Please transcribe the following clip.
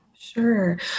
Sure